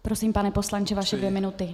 Prosím, pane poslanče, vaše dvě minuty.